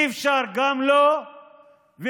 אי-אפשר גם לא לתכנן,